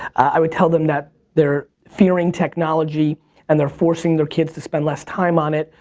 i would tell them that they're fearing technology and they're forcing their kids to spend less time on it,